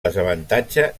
desavantatge